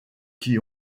qui